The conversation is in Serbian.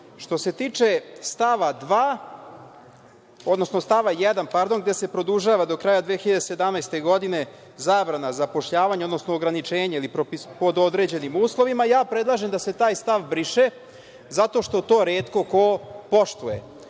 se tiče stava 1, gde se produžava do kraja 2017. godine zabrana zapošljavanja, odnosno ograničenje ili pod određenim uslovima, ja predlažem da se taj stav briše zato što to retko ko poštuje,